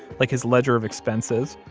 like his ledger of expenses.